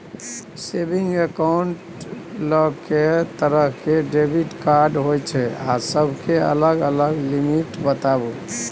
Saving accounts ल के तरह के डेबिट कार्ड होय छै आ सब के अलग अलग लिमिट बताबू?